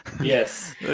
Yes